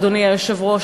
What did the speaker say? אדוני היושב-ראש,